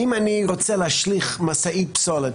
אם אני רוצה להשליך משאית פסולת,